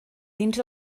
dins